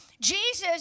Jesus